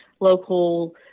local